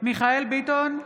מיכאל מרדכי ביטון,